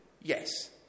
yes